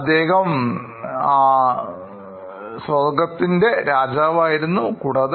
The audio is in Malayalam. അദ്ദേഹം സ്വർഗ്ഗലോകദേവനാണ്